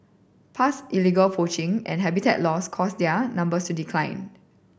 past illegal poaching and habitat loss caused their numbers to decline